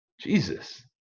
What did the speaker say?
Jesus